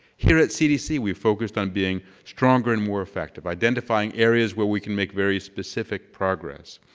here at cdc we focused on being stronger and more effective, identifying areas where we can make very specific progress.